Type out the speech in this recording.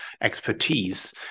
expertise